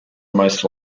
most